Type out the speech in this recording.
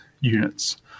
units